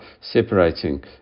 separating